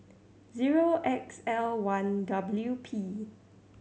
zero X L one W P